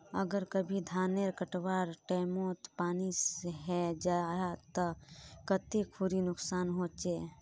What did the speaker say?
अगर कभी धानेर कटवार टैमोत पानी है जहा ते कते खुरी नुकसान होचए?